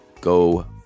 Go